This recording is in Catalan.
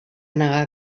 negar